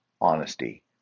honesty